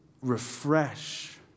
refresh